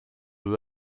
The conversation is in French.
eux